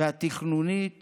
והתכנונית